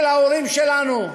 של ההורים שלנו.